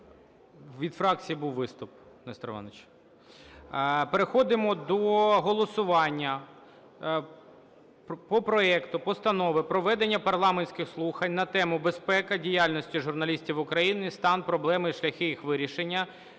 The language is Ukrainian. Від фракції був виступ, Несторе Івановичу. Переходимо до голосування по проекту Постанови проведення парламентських слухань на тему: "Безпека діяльності журналістів в Україні: стан, проблеми і шляхи їх вирішення"